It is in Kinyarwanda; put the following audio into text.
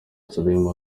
sulaiman